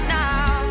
now